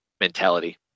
mentality